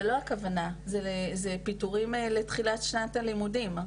זו לא הכוונה, זה פיטורים לתחילת שנת הלימודים.